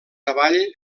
avall